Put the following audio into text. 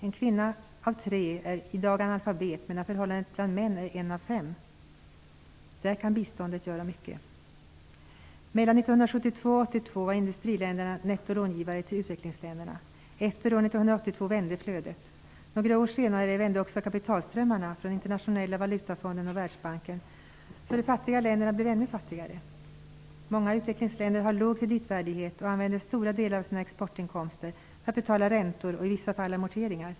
En kvinna av tre är i dag analfabet, medan förhållandet bland män är en av fem. Där kan biståndet göra mycket. Mellan 1972 och 1982 var industriländerna nettolångivare till utvecklingsländerna. Efter år 1982 vände flödet. Några år senare vände också kapitalströmmarna från Internationella valutafonden och Världsbanken så att de fattiga länderna blev ännu fattigare. Många utvecklingsländer har låg kreditvärdiget och använder stora delar av sina exportinkomster för att betala räntor och i vissa fall amorteringar.